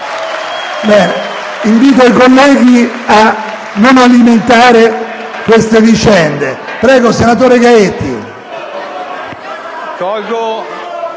Invito i colleghi a non alimentare queste vicende. Prego, senatore Gaetti,